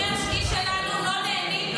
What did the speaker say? שליש שלנו לא נענים,